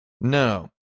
No